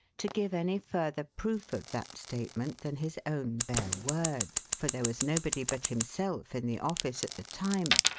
to give any further proof of that statement than his own bare word for there was nobody but himself in the office at the time,